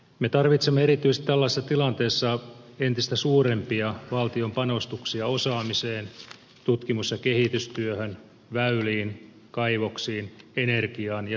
me tarvitsemme erityisesti tällaisessa tilanteessa entistä suurempia valtion panostuksia osaamiseen tutkimus ja kehitystyöhön väyliin kaivoksiin energiaan ja tietoliikenneyhteyksiin